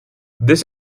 this